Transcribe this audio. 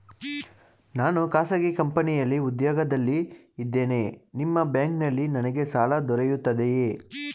ನಾನು ಖಾಸಗಿ ಕಂಪನಿಯಲ್ಲಿ ಉದ್ಯೋಗದಲ್ಲಿ ಇದ್ದೇನೆ ನಿಮ್ಮ ಬ್ಯಾಂಕಿನಲ್ಲಿ ನನಗೆ ಸಾಲ ದೊರೆಯುತ್ತದೆಯೇ?